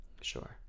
Sure